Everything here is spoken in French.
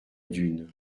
dunes